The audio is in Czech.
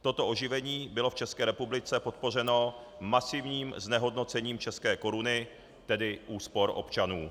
Toto oživení bylo v České republice podpořeno masivním znehodnocením české koruny, tedy úspor občanů.